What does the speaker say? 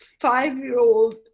five-year-old